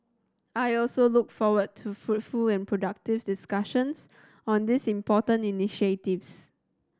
I also look forward to fruitful and productive discussions on these important initiatives